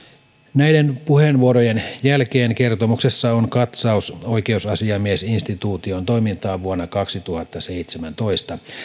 näiden puheenvuorojen jälkeen kertomuksessa on katsaus oikeusasiamiesinstituution toimintaan vuonna kaksituhattaseitsemäntoista